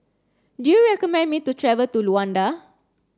do you recommend me to travel to Luanda